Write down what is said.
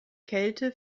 kälte